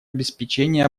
обеспечения